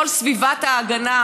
כל סביבת ההגנה,